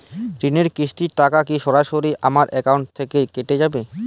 ঋণের কিস্তির টাকা কি সরাসরি আমার অ্যাকাউন্ট থেকে কেটে যাবে?